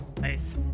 Nice